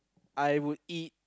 I would eat